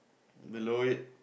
below it